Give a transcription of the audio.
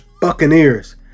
Buccaneers